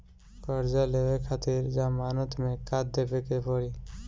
कर्जा लेवे खातिर जमानत मे का देवे के पड़ी?